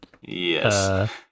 Yes